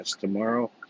tomorrow